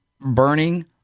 burning